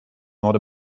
not